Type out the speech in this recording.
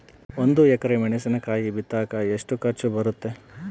ಒಂದು ಎಕರೆ ಮೆಣಸಿನಕಾಯಿ ಬಿತ್ತಾಕ ಎಷ್ಟು ಖರ್ಚು ಬರುತ್ತೆ?